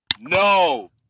no